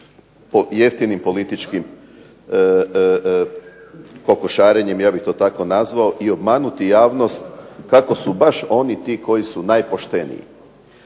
jeftinim političkim kokošarenjem ja bih to tako nazvao i obmanuti javnost kako su baš oni ti koji su najpošteniji.